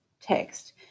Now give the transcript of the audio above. text